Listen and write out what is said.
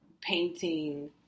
painting